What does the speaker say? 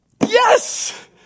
yes